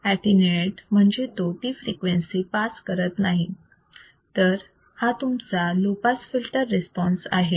attenuate म्हणजे तो ती फ्रिक्वेन्सी पास करत नाही तर हा तुमचा लो पास फिल्टर रिस्पॉन्स आहे